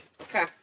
Okay